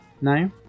No